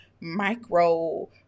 micro-